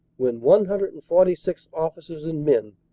when one hundred and forty six officers and men,